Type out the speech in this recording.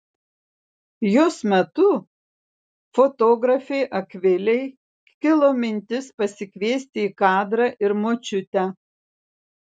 jos metu fotografei akvilei kilo mintis pasikviesti į kadrą ir močiutę